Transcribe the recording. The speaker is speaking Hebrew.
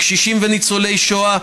קשישים וניצולי שואה,